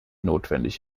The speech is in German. notwendig